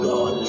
God